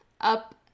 up